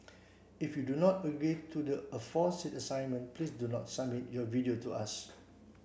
if you do not agree to the aforesaid assignment please do not submit your video to us